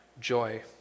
joy